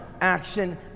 action